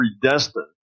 predestined